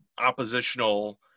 oppositional